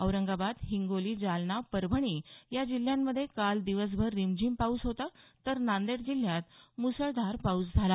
औरंगाबाद हिगोली जालना परभणी जिल्ह्यांमध्ये काल दिवसभर रिमझिम पाऊस होता तर नांदेड जिल्ह्यात मुसळधार पाऊस झाला